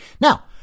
Now